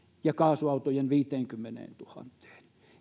ja kaasuautojen kanta viiteenkymmeneentuhanteen